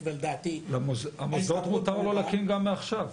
-- את המוסדות מותר לו להקים גם מעכשיו.